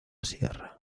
sierra